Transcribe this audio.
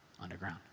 underground